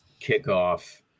kickoff